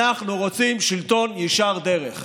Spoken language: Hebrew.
אנחנו רוצים שלטון ישר דרך.